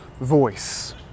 voice